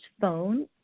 phone